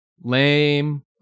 lame